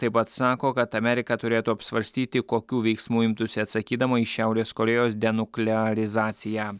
taip pat sako kad amerika turėtų apsvarstyti kokių veiksmų imtųsi atsakydama į šiaurės korėjos denuklearizaciją